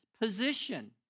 position